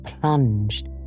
plunged